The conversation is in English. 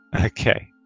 okay